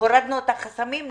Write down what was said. שהורדנו את החסמים.